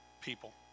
people